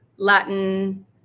Latin